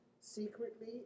secretly